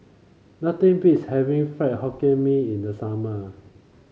nothing beats having Fried Hokkien Mee in the summer